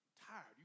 tired